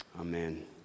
amen